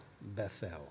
Bethel